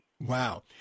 wow